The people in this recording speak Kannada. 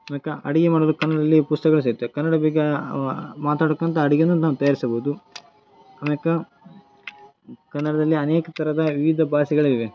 ಆಮ್ಯಾಕೆ ಅಡುಗೆ ಮಾಡಲು ಕನ್ನಡದಲ್ಲಿ ಪುಸ್ತಕಗಳು ಸಿಗುತ್ತೆ ಕನ್ನಡ ಬಗ್ಗೆ ಮಾತಾಡ್ಕೊತ ಅಡುಗೆನೂ ನಾವು ತಯಾರಿಸಬೋದು ಆಮ್ಯಾಕೆ ಕನ್ನಡದಲ್ಲಿ ಅನೇಕ ಥರದ ವಿವಿಧ ಭಾಷೆಗಳಿವೆ